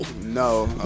No